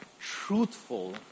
truthful